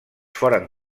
foren